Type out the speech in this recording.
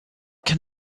can